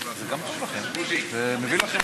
נא לשבת,